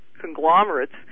conglomerates